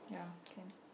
ya can